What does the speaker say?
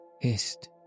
Hist